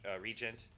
regent